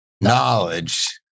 knowledge